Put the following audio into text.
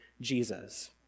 Jesus